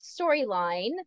storyline